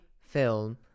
film